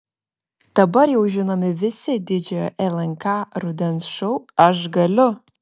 dabar jau žinomi visi didžiojo lnk rudens šou aš galiu